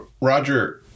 Roger